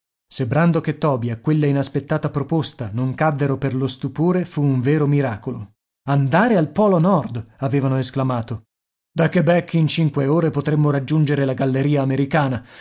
e toby a quella inaspettata proposta non caddero per lo stupore fu un vero miracolo andare al polo nord avevano esclamato da quebec in cinque ore potremo raggiungere la galleria americana